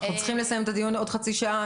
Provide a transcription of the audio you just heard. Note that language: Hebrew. אנחנו צריכים לסיים את הדיון בעוד חצי שעה.